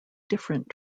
different